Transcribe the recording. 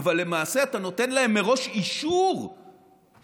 אבל למעשה אתה נותן להם מראש אישור להתייצב